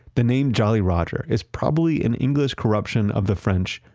the name jolly roger is probably an english corruption of the french,